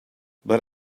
but